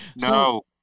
No